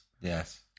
Yes